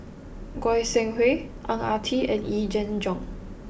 Goi Seng Hui Ang Ah Tee and Yee Jenn Jong